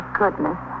goodness